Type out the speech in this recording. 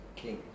king